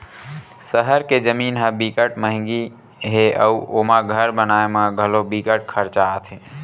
सहर के जमीन ह बिकट मंहगी हे अउ ओमा घर बनाए म घलो बिकट खरचा आथे